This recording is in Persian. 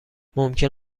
ممکن